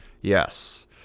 Yes